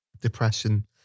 depression